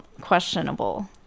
questionable